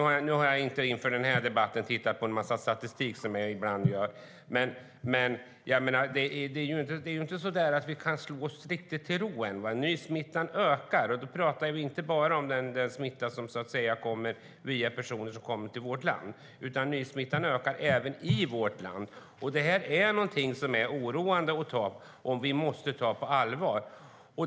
Jag har inte inför den här debatten tittat på en massa statistik som jag ibland gör. Det är inte så att vi riktigt kan slå oss till ro än. Nysmittan ökar. Då pratar vi inte bara om den smitta som kommer via personer som kommer till vårt land, utan nysmittan ökar även i vårt land. Det är någonting oroande som vi måste ta på allvar.